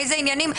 איזה עניינים,